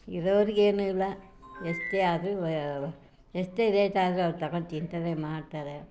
ಇರೋರಿಗೇನು ಇಲ್ಲ ಎಷ್ಟೇ ಆಗಲಿ ಎಷ್ಟೇ ರೇಟ್ ಆದರೂ ಅವ್ರು ತಗೊಂಡು ತಿಂತಾರೆ ಮಾಡ್ತಾರೆ